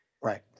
Right